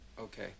Okay